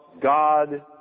God